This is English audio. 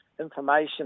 information